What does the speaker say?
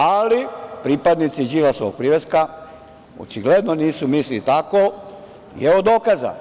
Ali, pripadnici Đilasovog priveska očigledno nisu mislili tako i evo dokaza.